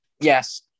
Yes